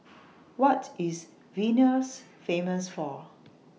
What IS Vilnius Famous For